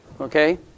okay